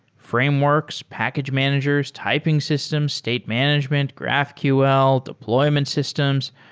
frameworks, package managers, typing systems, state management, graphql, deployment systems,